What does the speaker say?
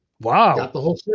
Wow